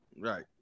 Right